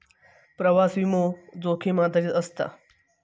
प्रवास विमो, जोखीम आधारित असता